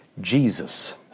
Jesus